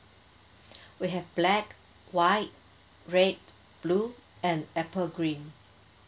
we have black white red blue and apple green